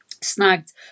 snagged